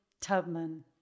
Tubman